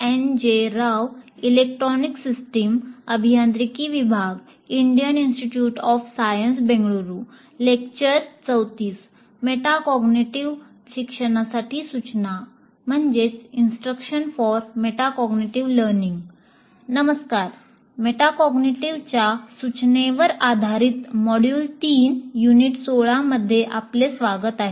नमस्कार मेटाकॉग्निटिव्हच्या सूचनेवर आधारित मॉड्यूल 3 युनिट 16 मध्ये आपले स्वागत आहे